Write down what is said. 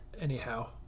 Anyhow